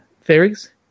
fairies